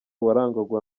warangwaga